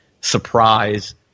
surprise